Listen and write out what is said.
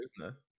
business